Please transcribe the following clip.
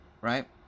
right